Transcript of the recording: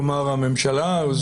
כלומר הממשלה,